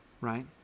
right